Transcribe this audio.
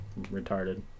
retarded